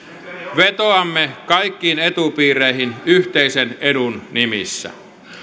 vetoamme kaikkiin etupiireihin yhteisen edun nimissä